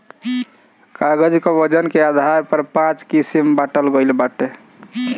कागज कअ वजन के आधार पर पाँच किसिम बांटल गइल बाटे